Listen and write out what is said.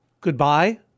goodbye